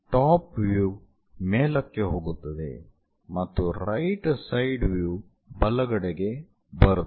top view ಮೇಲಕ್ಕೆ ಹೋಗುತ್ತದೆ ಮತ್ತು ರೈಟ್ ಸೈಡ್ ವ್ಯೂ ಬಲಗಡೆಗೆ ಬರುತ್ತದೆ